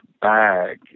bag